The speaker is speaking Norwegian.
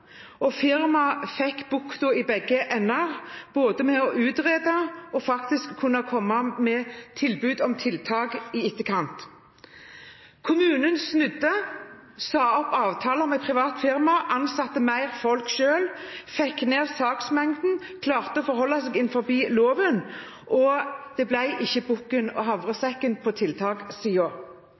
og firmaet fikk bukten og begge endene: først utrede og så faktisk kunne komme med tilbud om tiltak i etterkant. Kommunen snudde, sa opp avtalen med det private firmaet, ansatte mer folk selv, fikk ned saksmengden, klarte å holde seg innenfor loven, og det ble ikke bukken og havresekken på